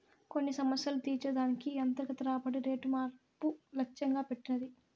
కొన్ని సమస్యలు తీర్చే దానికి ఈ అంతర్గత రాబడి రేటు మార్పు లచ్చెంగా పెట్టినది